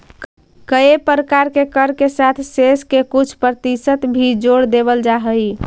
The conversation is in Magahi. कए प्रकार के कर के साथ सेस के कुछ परतिसत भी जोड़ देवल जा हई